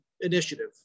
initiative